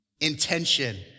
intention